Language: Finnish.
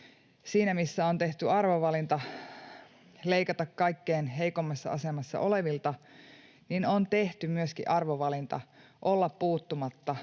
siinä missä on tehty arvovalinta leikata kaikkein heikommassa asemassa olevilta, niin on tehty myöskin arvovalinta olla puuttumatta